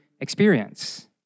experience